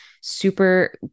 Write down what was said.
super